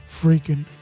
freaking